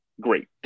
great